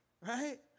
right